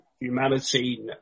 humanity